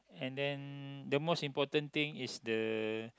and then the most important thing is the